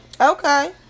Okay